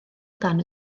dan